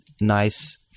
nice